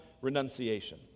renunciation